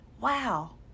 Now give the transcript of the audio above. Wow